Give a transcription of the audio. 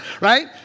Right